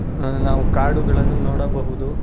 ನಾವು ಕಾಡುಗಳನ್ನು ನೋಡಬಹುದು